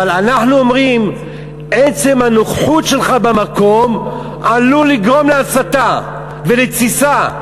אבל אנחנו אומרים: עצם הנוכחות שלך במקום עלולה לגרום להסתה ולתסיסה.